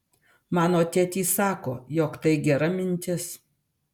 mano tėtis sako jog tai gera mintis